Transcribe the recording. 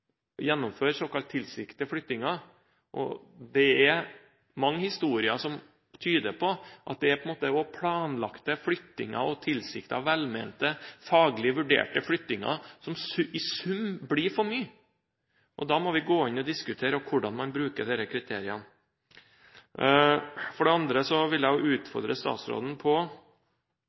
gjennomføre såkalt tilsiktede flyttinger. Det er mange historier som tyder på at det er planlagte flyttinger – tilsiktede, velmente, faglig vurderte flyttinger – som i sum blir for mye. Da må vi gå inn og diskutere hvordan man bruker de kriteriene. For det andre: Jeg er litt urolig over at høringsnotatet som regjeringen har sendt ut, er veldig teknisk og fokusert på